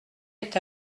est